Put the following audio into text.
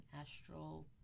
astral